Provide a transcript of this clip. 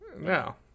No